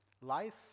Life